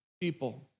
people